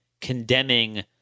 condemning